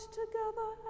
together